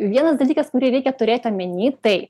vienas dalykas kurį reikia turėti omeny tai